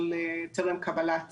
אבל טרם קבלת